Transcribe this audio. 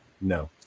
No